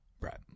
Right